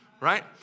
Right